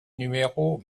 numéro